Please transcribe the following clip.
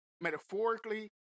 metaphorically